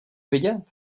vidět